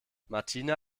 martina